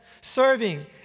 serving